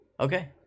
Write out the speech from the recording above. okay